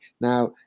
Now